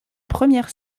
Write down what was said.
première